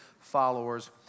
followers